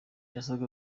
yasaga